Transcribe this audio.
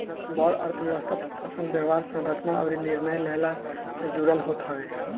बड़ अर्थव्यवस्था प्रदर्शन, व्यवहार, संरचना अउरी निर्णय लेहला से जुड़ल होत हवे